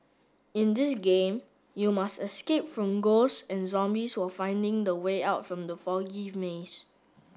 in this game you must escape from ghosts and zombies while finding the way out from the foggy maze